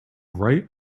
right